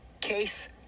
case